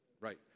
right